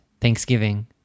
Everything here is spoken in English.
Thanksgiving